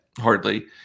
hardly